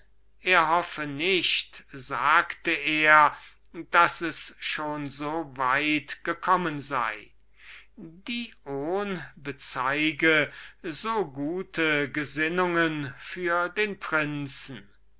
verlegen er hoffe nicht daß es schon soweit gekommen sei dion bezeuge so gute gesinnungen für den prinzen